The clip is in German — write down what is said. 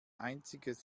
einziges